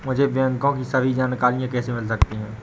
मुझे बैंकों की सभी जानकारियाँ कैसे मिल सकती हैं?